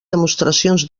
demostracions